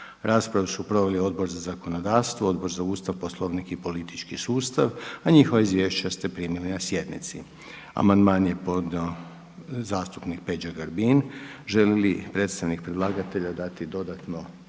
Raspravu su proveli Odbor za zakonodavstvo, Odbor za Ustav, Poslovnik i politički sustav a njihova izvješća ste primili na sjednici. Amandman je podnio zastupnik Peđa Grbin. Želi li predstavnik predlagatelja dati dodatno